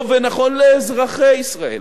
טוב ונכון לאזרחי ישראל